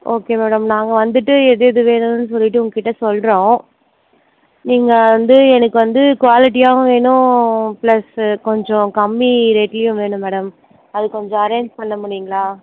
okay madam நாங்கள் வந்துவிட்டு எது எது வேணும்னு சொல்லிவிட்டு உங்கள் கிட்டே சொல்கிறோம் நீங்கள் வந்து எனக்கு வந்து குவாலிட்டியாகவும் வேணும் ப்ளஸ்ஸு கொஞ்சம் கம்மி ரேட்லையும் வேணும் மேடம் அது கொஞ்சம் அரேஞ்ச் பண்ண முடியுங்களா